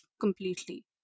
completely